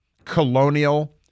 colonial